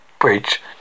bridge